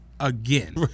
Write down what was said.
again